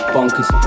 Bonkers